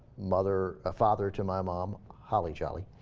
mother a father to my mom holly jolly